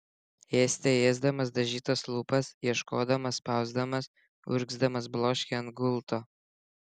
ėste ėsdamas dažytas lūpas ieškodamas spausdamas urgzdamas bloškė ant gulto